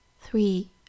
three